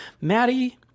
Maddie